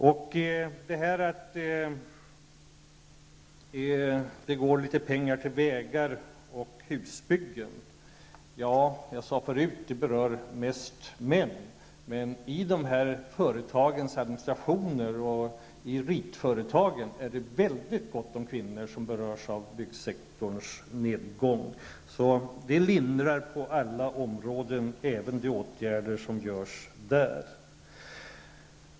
Jag sade förut att det går litet pengar till vägar och husbyggen och att detta mest berör män, men i dessa företags administrationer och i ritföretagen är det mycket gott om kvinnor som berörs av byggsektorns nedgång. De åtgärder som sätts in där, lindrar alltså på alla områden.